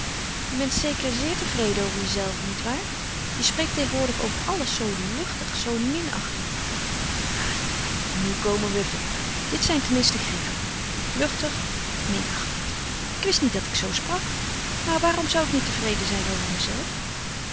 je bent zeker zeer tevreden over jezelven niet waar je spreekt tegenwoordig over alles zoo luchtig zoo minachtend ah nu komen we verder dit zijn ten minste grieven luchtig minachtend ik wist niet dat ik zoo sprak maar waarom zou ik niet tevreden zijn over mezelven